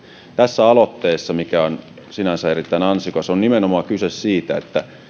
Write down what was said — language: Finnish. tässä aloitteessa joka on sinänsä erittäin ansiokas on nimenomaan kyse siitä